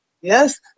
Yes